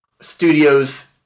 studios